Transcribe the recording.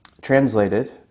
translated